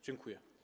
Dziękuję.